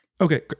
Okay